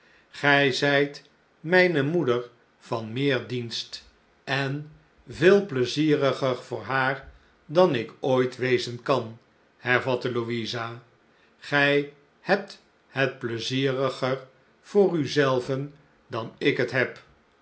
gij zijt mijne moeder van meer dienst en veel pleizieriger voor haar dan ik ooit wezen kan hervatte louisa gij hebt het pleizieriger voor u zelve dan ik het heb